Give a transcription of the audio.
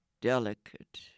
delicate